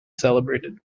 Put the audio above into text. celebrated